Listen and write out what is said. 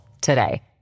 today